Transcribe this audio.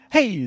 Hey